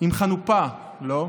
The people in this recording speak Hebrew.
עם חנופה, לא?